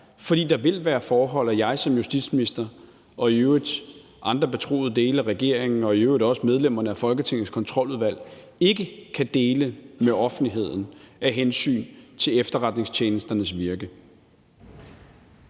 for der vil være forhold, som jeg som justitsminister og i øvrigt andre betroede dele af regeringen og i øvrigt også medlemmerne af Folketingets Kontroludvalg ikke kan dele med offentligheden af hensyn til efterretningstjenesternes virke.